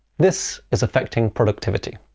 this is affecting productivity,